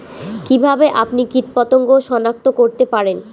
কিভাবে আপনি কীটপতঙ্গ সনাক্ত করতে পারেন?